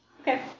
Okay